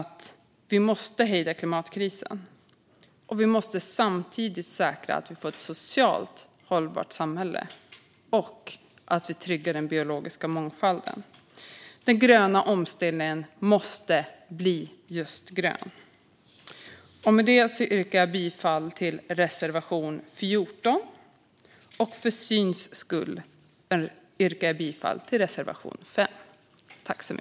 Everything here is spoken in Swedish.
Vi måste hejda klimatkrisen. Vi måste samtidigt säkra att vi får ett socialt hållbart samhälle och att vi tryggar den biologiska mångfalden. Den gröna omställningen måste bli just grön. Med det yrkar jag bifall till reservation 14. För syns skull yrkar jag bifall även till reservation 5.